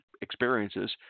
experiences